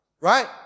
right